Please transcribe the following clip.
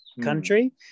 country